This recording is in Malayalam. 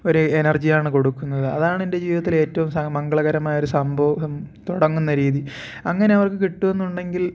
ഒരു എനർജിയാണ് കൊടുക്കുന്നത് അതാണ് എൻ്റെ ജീവിതത്തിലെ ഏറ്റവും മംഗളകരമായ ഒരു സംഭവം തുടങ്ങുന്ന രീതി അങ്ങനെ അവക്ക് കിട്ടുമെന്നുണ്ടെങ്കിൽ